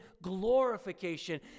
glorification